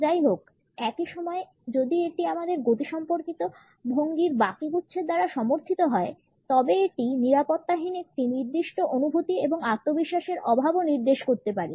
যাইহোক একই সময়ে যদি এটি আমাদের গতিসম্পর্কিত ভঙ্গির বাকি গুচ্ছের দ্বারা সমর্থিত হয় তবে এটি নিরাপত্তাহীনতার একটি নির্দিষ্ট অনুভূতি এবং আত্মবিশ্বাসের অভাবও নির্দেশ করতে পারে